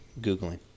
Googling